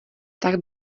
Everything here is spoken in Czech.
tak